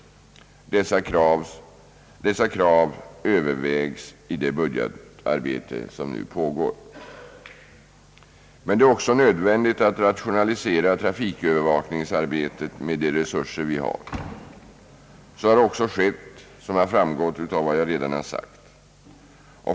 Dessa krav övervägs i det budgetarbete som pågår. Men det är också nödvändigt att rationalisera trafikövervakningsarbetet med de resurser vi har. Så har också skett som har framgått av vad jag redan har sagt.